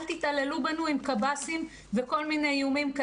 תתעללו בנו עם קב"סים וכל מיני איומים.